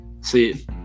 See